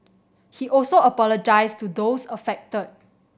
he also apologised to those affected